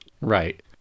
Right